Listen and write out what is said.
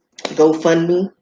GoFundMe